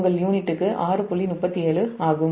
37 யூனிட்டுக்கு ஆகும்